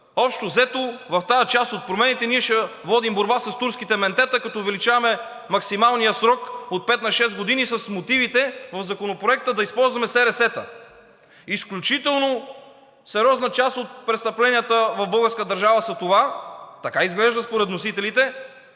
Общо взето, в тази част от промените ние ще водим борба с турските ментета, като увеличаваме максималния срок от пет на шест години с мотивите в Законопроекта да използваме СРС-та. Изключително сериозна част от престъпленията в българската държава са това – така изглежда според вносителите,